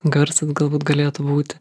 garsas galbūt galėtų būti